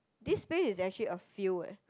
this place is actually a field eh